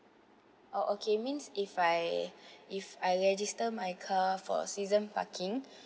oh okay means if I if I register my car for season parking